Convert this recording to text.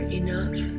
enough